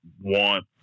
want